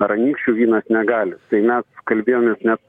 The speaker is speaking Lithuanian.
ar anykščių vynas negali tai mes kalbėjomės net